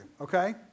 okay